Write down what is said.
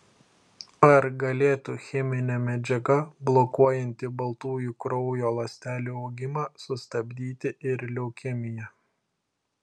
ar galėtų cheminė medžiaga blokuojanti baltųjų kraujo ląstelių augimą sustabdyti ir leukemiją